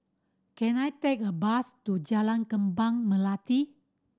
can I take a bus to Jalan Kembang Melati